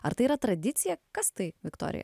ar tai yra tradicija kas tai viktorija